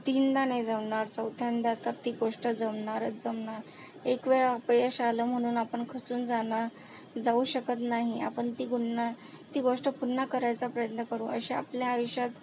तीनदा नाही जमणार चौथ्यांदा तर ती गोष्ट जमणारच जमणार एक वेळ अपयश आलं म्हणून आपण खचून जाणं जाऊ शकत नाही आपण ती गुन्ना ती गोष्ट पुन्हा करायचा प्रयत्न करू अशा आपल्या आयुष्यात